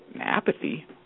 apathy